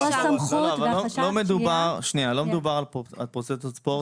יש סמכות --- לא מדובר על פרוטזות ספורט.